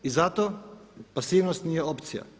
I zato pasivnost nije opcija.